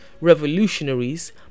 revolutionaries